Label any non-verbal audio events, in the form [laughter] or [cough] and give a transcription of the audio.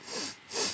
[breath] [breath]